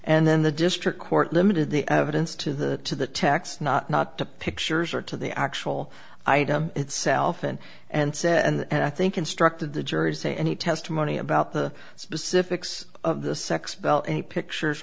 and then the district court limited the evidence to the to the text not not to pictures or to the actual item itself and and said and i think instructed the jury to say any testimony about the specifics of the sex bell and pictures